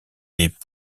des